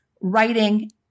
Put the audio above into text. writing